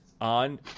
on